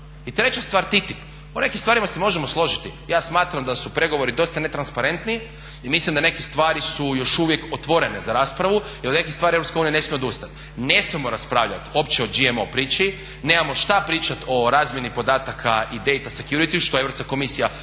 I treća stvar, TTIP. O nekim stvarima se možemo složiti. Ja smatram da su pregovori dosta netransparentni i mislim da neke stvari su još uvijek otvorene za raspravu i od nekih stvari Europska unija ne smije odustati. Ne smijemo raspravljati uopće o GMO priči, nemamo šta pričat o razmjeni podataka i data security što je Europska komisija